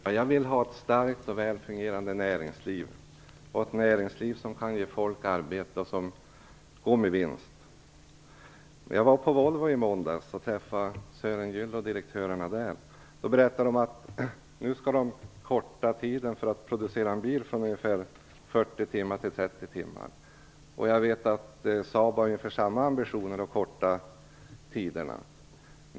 Fru talman! Jag vill ha ett starkt och väl fungerande näringsliv, ett näringsliv som kan ge människor arbete och gå med vinst. Jag var på Volvo i måndags och träffade Sören Gyll och direktörerna där. Då berättade de att man nu skall korta tiden för att producera en bil från ungefär 40 timmar till 30 timmar. Jag vet att Saab har ungefär samma ambitioner när det gäller att korta tiderna.